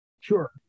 sure